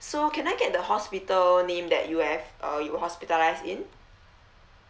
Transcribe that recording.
so can I get the hospital name that you have uh you hospitalised in